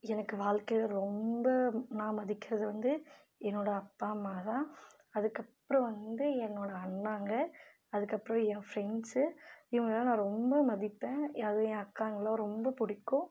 எனக்கு வாழ்க்கையில் ரொம்ப நான் மதிக்கிறது வந்து என்னோடய அப்பா அம்மா தான் அதுக்கப்புறம் வந்து என்னோடய அண்ணாங்க அதுக்கப்புறம் என் ஃப்ரெண்ட்ஸு இவங்க தான் நான் ரொம்ப மதிப்பேன் அது என் அக்காங்களை ரொம்ப பிடிக்கும்